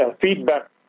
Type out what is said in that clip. feedback